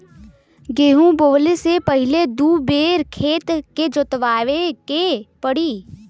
गेंहू बोवले से पहिले दू बेर खेत के जोतवाए के पड़ी